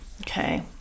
okay